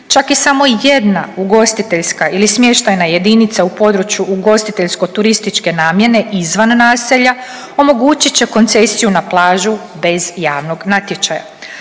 čak i samo jedna ugostiteljska ili smještajna jedinica u području ugostiteljsko-turističke namjene izvan naselja omogućit će koncesiju na plažu bez javnog natječaja.